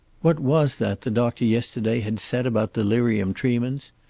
what was that the doctor yesterday had said about delirium tremens?